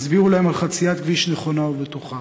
הסבירו להם על חציית כביש נכונה ובטוחה,